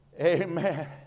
amen